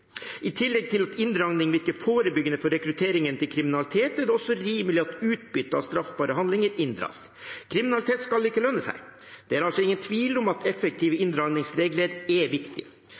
I tillegg til at inndragning virker forebyggende for rekrutteringen til kriminalitet, er det også rimelig at utbyttet av straffbare handlinger inndras. Kriminalitet skal ikke lønne seg. Det er altså ingen tvil om at effektive inndragningsregler er viktig.